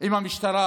עם המשטרה: